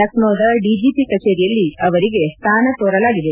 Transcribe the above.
ಲಕ್ನೋದ BJP ಕಜೇರಿಯಲ್ಲಿ ಅವರಿಗೆ ಸ್ಥಾನ ತೋರಲಾಗಿದೆ